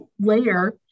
layer